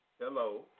Hello